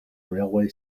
railway